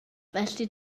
felly